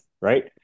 right